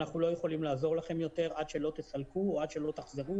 אנחנו לא יכולים לעזור לכם יותר עד שלא תסלקו או עד שלא תחזירו